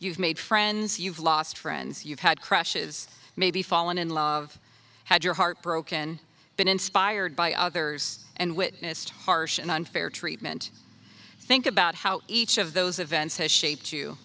you've made friends you've lost friends you've had crushes maybe fallen in love had your heart broken been inspired by others and witnessed harsh and unfair treatment think about how each of those events has shaped you